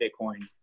Bitcoin